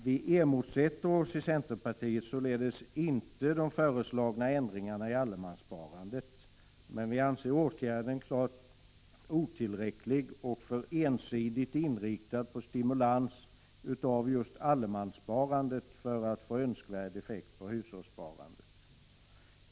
Vi i centerpartiet motsätter oss således inte de föreslagna ändringarna i allemanssparandet, men vi anser åtgärden klart otillräcklig och för ensidigt inriktad på stimulans av just allemanssparandet för att få önskad effekt på hushållssparandet.